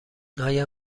آیا